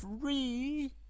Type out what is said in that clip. free